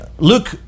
Luke